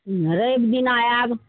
रवि दिना आयब